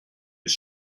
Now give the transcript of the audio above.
his